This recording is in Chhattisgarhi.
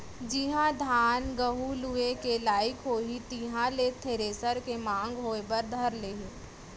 जिहॉं धान, गहूँ लुए के लाइक होही तिहां ले थेरेसर के मांग होय बर धर लेही